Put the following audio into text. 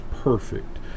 perfect